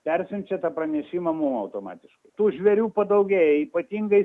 persiunčia tą pranešimą mum automatiškai tų žvėrių padaugėja ypatingai